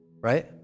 right